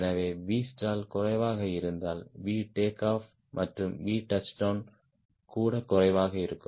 எனவே Vstall குறைவாக இருந்தால் Vtake off மற்றும் Vtouchdown கூட குறைவாக இருக்கும்